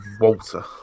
Walter